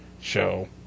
show